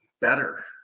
better